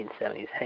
1970s